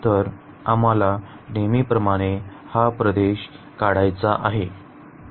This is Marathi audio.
तर आम्हाला नेहमीप्रमाणे हा प्रदेश काढायचा आहे